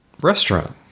restaurant